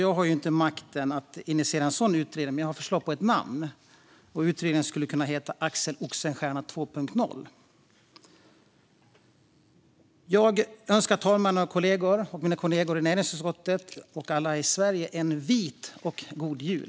Jag har inte makten att initiera en sådan utredning, men jag har ett förslag på namn: Utredningen skulle kunna heta Axel Oxenstierna 2.0 Jag önskar talmannen med kollegor, mina kollegor i näringsutskottet och alla i Sverige en vit och god jul.